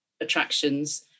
attractions